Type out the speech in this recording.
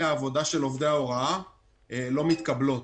העבודה של עובדי ההוראה לא מתקבלות,